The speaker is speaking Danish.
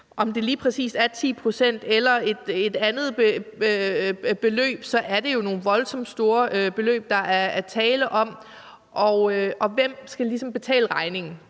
om det lige præcis er 10 pct. eller et andet beløb. For det er jo nogle voldsomt store beløb, der er tale om, og hvem skal ligesom betale regningen?